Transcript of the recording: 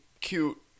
cute